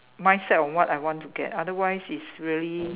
mind set of what I want to get otherwise it's really